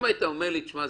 אם היית אומר לי: תשמע,